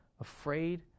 Afraid